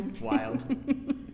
Wild